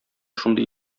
шундый